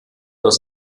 aus